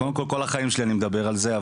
קודם כל כל החיים שלי אני מדבר על זה,